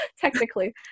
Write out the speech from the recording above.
Technically